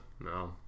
No